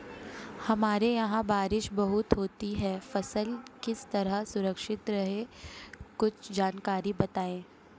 हमारे यहाँ बारिश बहुत होती है फसल किस तरह सुरक्षित रहे कुछ जानकारी बताएं?